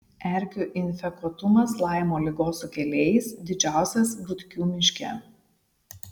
erkių infekuotumas laimo ligos sukėlėjais didžiausias butkių miške